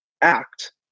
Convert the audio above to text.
act